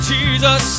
Jesus